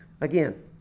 Again